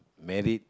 married